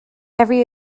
every